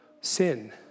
sin